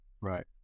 Right